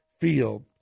field